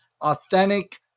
authentic